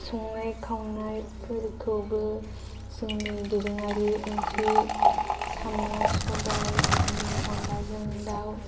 संनाय खावनायफोरखौबो जोंनि दोरोङारि ओंख्रि साम' सबाय बिदिनो अनलाजों दाउ